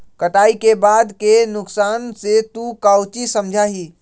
कटाई के बाद के नुकसान से तू काउची समझा ही?